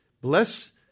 Bless